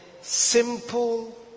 simple